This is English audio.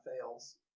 fails